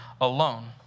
alone